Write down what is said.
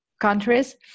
countries